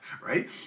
right